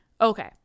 okay